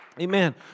Amen